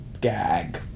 gag